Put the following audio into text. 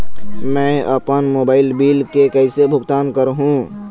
मैं अपन mobile bill के कैसे भुगतान कर हूं?